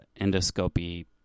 endoscopy